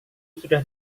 sudah